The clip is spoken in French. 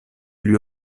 lui